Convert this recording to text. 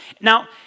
Now